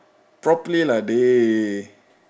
properly lah dey